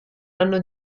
anno